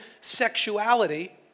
sexuality